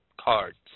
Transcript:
cards